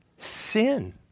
Sin